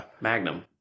Magnum